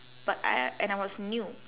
but I and I was new